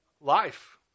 life